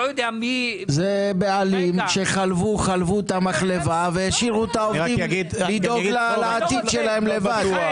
זה בעלים שחלבו את המחלבה והשאירו את העובדים לדאוג לעתיד שלהם לבד.